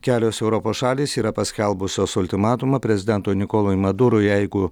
kelios europos šalys yra paskelbusios ultimatumą prezidento nikolui madurui jeigu